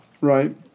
Right